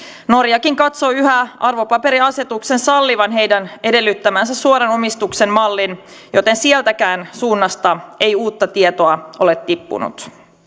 norjakin katsoo yhä arvopaperiasetuksen sallivan heidän edellyttämänsä suoran omistuksen mallin joten sieltäkään suunnasta ei uutta tietoa ole tippunut